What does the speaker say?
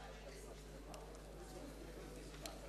אני התבלבלתי.